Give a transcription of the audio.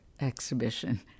exhibition